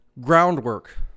groundwork